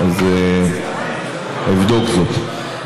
אבדוק זאת.